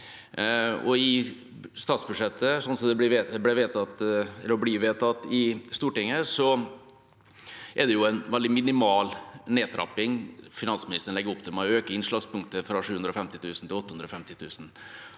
I statsbudsjettet, sånn som det blir vedtatt i Stortinget, er det jo en veldig minimal nedtrapping finansministeren legger opp til, med å øke innslagspunktet fra 750 000 kr til 850 000